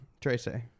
Tracy